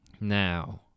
Now